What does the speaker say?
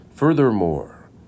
Furthermore